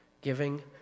giving